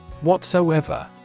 Whatsoever